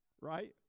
right